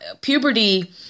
puberty